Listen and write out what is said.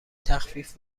تخفیف